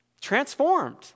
transformed